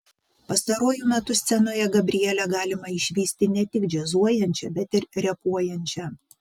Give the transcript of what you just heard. pastaruoju metu scenoje gabrielę galima išvysti ne tik džiazuojančią bet ir repuojančią